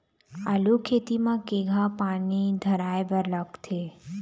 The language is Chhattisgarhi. आलू खेती म केघा पानी धराए बर लागथे?